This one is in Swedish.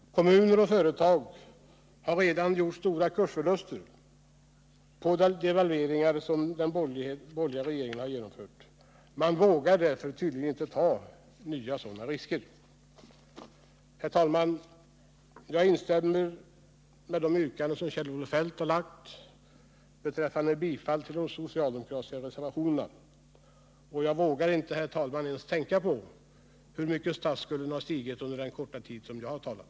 Kommuner och företag har redan gjort stora kursförluster på devalveringar som den borgerliga regeringen genomfört. Man vågar därför tydligen inte ta nya sådana risker. Herr talman! Jag instämmer i Kjell-Olof Feldts yrkande om bifall till de socialdemokratiska reservationerna. Och jag vågar inte, herr talman, ens tänka på hur mycket statsskulden ökat under den korta tid jag har talat.